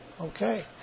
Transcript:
Okay